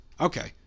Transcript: Okay